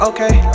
Okay